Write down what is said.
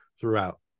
throughout